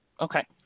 Okay